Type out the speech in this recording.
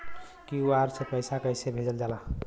QR से पैसा कैसे भेजल जाला?